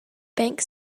bank